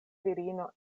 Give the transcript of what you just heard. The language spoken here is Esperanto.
virino